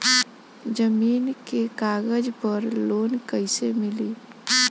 जमीन के कागज पर लोन कइसे मिली?